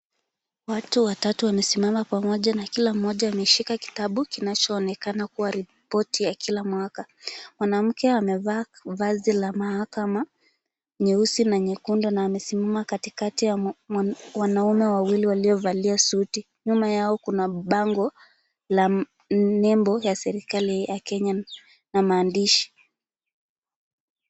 Watu watatu wamesimama pamoja na kila mmoja ameshika kitabu kinachoonekana kuwa ripoti ya kila mwaka. Mwanamke amevaa vazi la mahakama, nyeusi na nyekundu na amesimama katikati ya wanaume wawili waliovalia suti. Nyuma yao kuna bango la nembo ya serikali ya Kenya na maandishi.